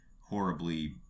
horribly